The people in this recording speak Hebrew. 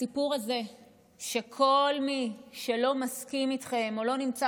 הסיפור הזה שכל מי שלא מסכים איתכם או לא נמצא